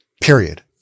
period